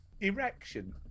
Erection